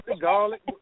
garlic